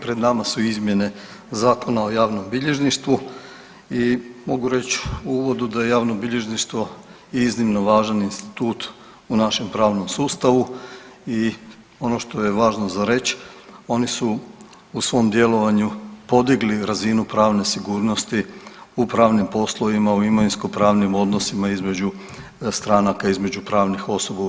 Pred nama su izmjene Zakona o javnom bilježništvu i mogu reć u uvodu da je javnobilježništvo iznimno važan institut u našem pravnom sustavu i ono što je važno za reć oni su u svom djelovanju podigli razinu pravne sigurnosti u pravnim poslovima u imovinskopravnim odnosima između stranaka i između pravnih osoba u RH.